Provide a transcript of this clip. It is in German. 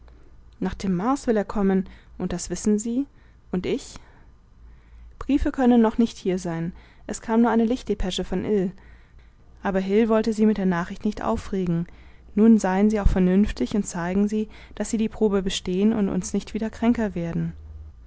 nach dem mars will er kommen und das wissen sie und ich briefe können noch nicht hier sein es kam nur eine lichtdepesche von ill aber hil wollte sie mit der nachricht nicht aufregen nun seien sie auch vernünftig und zeigen sie daß sie die probe bestehen und uns nicht wieder kränker werden